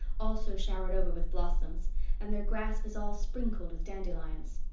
also showered over with blossoms and their grass was all sprinkled with dandelions.